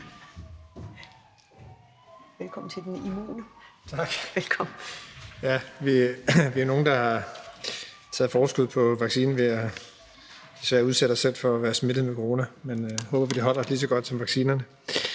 Jeppe Bruus (S): Tak. Ja, vi er nogle, der har taget forskud på vaccinen ved at udsætte os selv for at blive smittet med corona. Vi må håbe, at det holder lige så godt som vaccinerne.